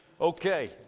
Okay